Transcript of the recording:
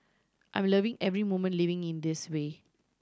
I'm loving every moment living in this way